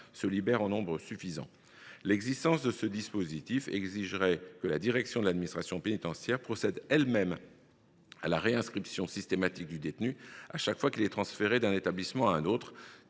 des maisons centrales. L’existence de ce dispositif exigerait que la direction de l’administration pénitentiaire procède elle même à la réinscription systématique du détenu à chaque fois qu’il est transféré d’un établissement à un autre,